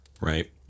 Right